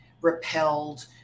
repelled